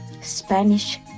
Spanish